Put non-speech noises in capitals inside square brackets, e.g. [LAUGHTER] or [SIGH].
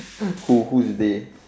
[NOISE] who who is they